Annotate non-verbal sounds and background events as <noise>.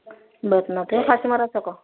ବେତନଟି <unintelligible>